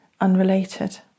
unrelated